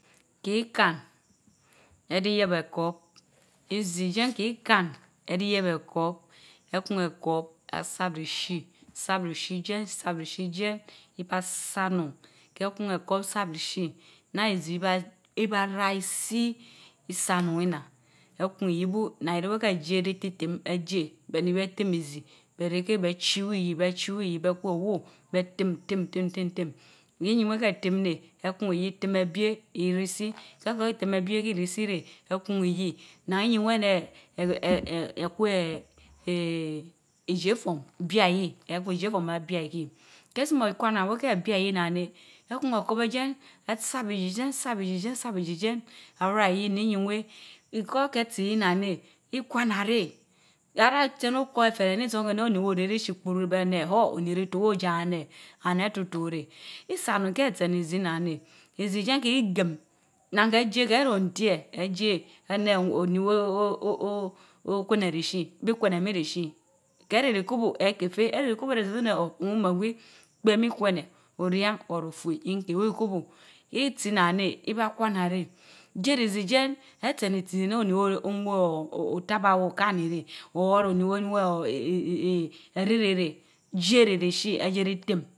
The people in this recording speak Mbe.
Kii kan, ejii yeb ekorb ekun ekorb esarb rishii, sarb rishii jen, sarb rishii rijen ibasa onun keh kun ekorb sarb rishii naan izii ibaa, ibaa ra isi, isa orun in aan ekun iyii bun, naan ireh weh keh ejie jii timtim ejire behnii beh beh ti m rizii beh reh keh, beh chi wii iyii, beh chii wii iyii beh kun owó beh tim tim tim tim kin yin weh keh tim owii reh ekun owii tim ebie, irisii keh koh keh etim ebie irisii réh ekun iyii naan iyien weh eneh eeehe ekweh eehe ijiiform bia iyii, ekun ijiiform abia ikii keh sumor kwana weh keh bia iyii nnaan neh, ekun ekorb ejien esarb iyiie jien, esarb izii jien, esarb izii ijien araa iyii neh iyiin weh because keh tii iyii nnaan neh, ikwanah reh, araa sen ukoór etere ni san weh neh oni weh oreh rishii kpuru, beh neh huh! onirito wor oja eneh and atito reh. isaonun keh tien izii nnaan neh. izii ken keh igim nnaa keh ejie erontie ejiie, ehen oni weh Okwene rishii bi kweneh mii rishii keh reh ri kubu ekeh feh, ereh rii kubu reh ezeh feh eneh oor owinime gwi, kpbeb mii kwene, orien or ofuea nkeh weh. ikubu. itsi nnan neh, ibaakwana reh. Jie rizii jien, etsen rizii neh oni woor onwor otabar okani rehor oni weh onwor érireh reh, jie rishi ajie ajie jii tim